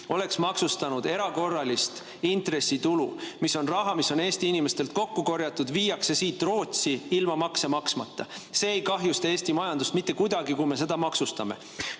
oli maksustada erakorralist intressitulu – raha, mis on Eesti inimestelt kokku korjatud ja viiakse siit Rootsi ilma makse maksmata. See ei kahjustaks Eesti majandust mitte kuidagi, kui me seda maksustaksime.